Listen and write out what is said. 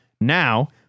Now